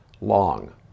long